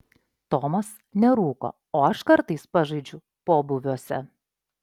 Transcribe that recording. tomas nerūko o aš kartais pažaidžiu pobūviuose